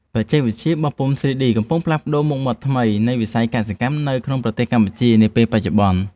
បច្ចេកវិទ្យាបោះពុម្ព 3D កំពុងតែផ្លាស់ប្តូរមុខមាត់ថ្មីនៃវិស័យសិប្បកម្មនៅក្នុងប្រទេសកម្ពុជានាពេលបច្ចុប្បន្ន។